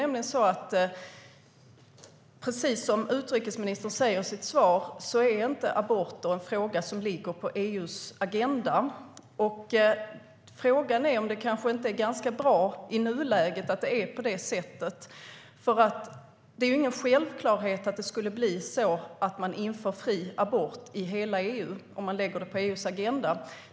Som utrikesministern säger i sitt svar är inte aborter en fråga som ligger på EU:s agenda, och frågan är i nuläget om det inte är ganska bra att det är på det sättet. Det är nämligen ingen självklarhet att fri abort skulle införas i hela EU om man satte frågan på EU:s agenda.